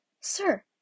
Sir